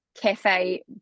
cafe